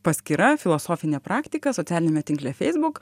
paskyra filosofinė praktika socialiniame tinkle facebook